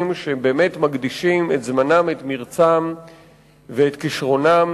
שבאמת מקדישים את זמנם ואת מרצם ואת כשרונם